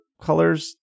colors